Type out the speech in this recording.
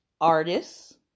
artists